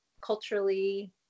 culturally